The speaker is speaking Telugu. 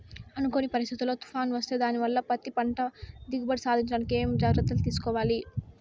అనుకోని పరిస్థితుల్లో తుఫాను వస్తే దానివల్ల పత్తి పంట దిగుబడి సాధించడానికి ఏమేమి జాగ్రత్తలు తీసుకోవాలి?